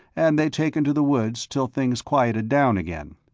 and they'd taken to the woods till things quieted down again.